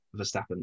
Verstappen